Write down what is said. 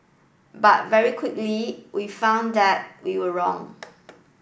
but very quickly we found that we were wrong